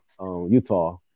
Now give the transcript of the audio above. Utah